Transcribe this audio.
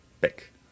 pick